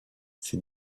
ses